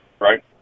right